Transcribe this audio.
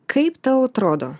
kaip tau atrodo